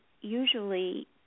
usually